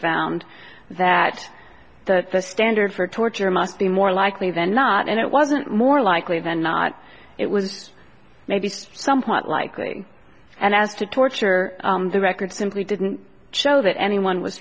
found that the standard for torture must be more likely than not and it wasn't more likely than not it was maybe somewhat likely and as to torture the records simply didn't show that anyone was